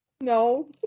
No